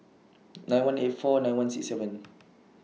nine one eight four nine one six seven